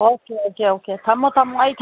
okay okay okay ꯊꯝꯃꯣ ꯊꯝꯃꯣ ꯑꯩ